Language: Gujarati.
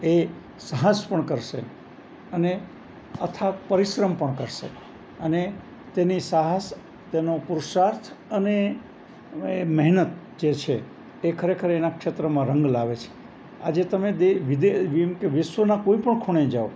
તે સાહસ પણ કરશે અને અથાક પરિશ્રમ પણ કરશે અને તેની સાહસ તેનો પુરુષાર્થ અને એ મહેનત જે છે એ ખરેખર એનાં ક્ષેત્રમાં રંગ લાવે છે આજે તમે વિશ્વના કોઈપણ ખૂણે જાઓ